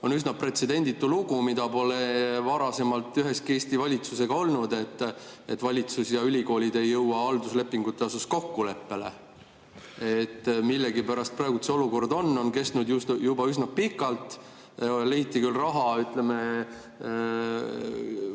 ju üsna pretsedenditu lugu, mida pole varem ühegi Eesti valitsusega olnud, et valitsus ja ülikoolid ei jõua halduslepingute suhtes kokkuleppele. Millegipärast on see olukord kestnud juba üsna pikalt. Leiti küll raha, et